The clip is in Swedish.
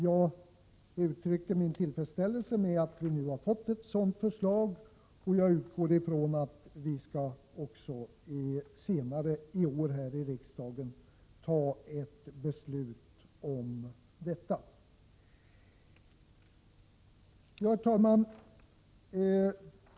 Jag uttrycker min tillfredsställelse med att vi nu har fått ett sådant förslag från regeringen och utgår ifrån att riksdagen kommer att fatta beslut senare i år. Herr talman!